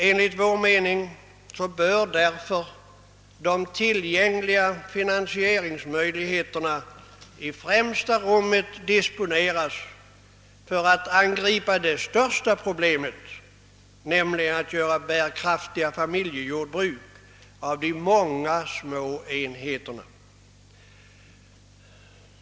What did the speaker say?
Enligt vår mening bör därför de tillgängliga finansieringsresurserna i främsta rummet disponeras för att angripa det största problemet, nämligen att av de många små enheterna skapa bärkraftiga familjejordbruk.